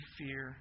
fear